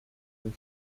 کنی